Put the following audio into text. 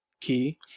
key